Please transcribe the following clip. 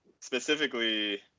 specifically